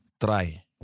try